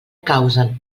causen